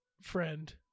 Friend